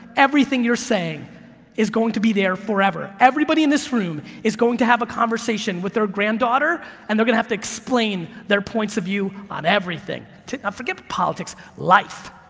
everything you're saying is going to be there forever. everybody in this room is going to have a conversation with their granddaughter and they're gonna have to explain their points of view on everything. let's forget politics, life.